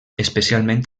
especialment